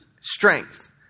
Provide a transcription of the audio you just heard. Strength